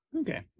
Okay